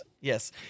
Yes